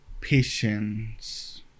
patience